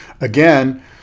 again